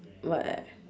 where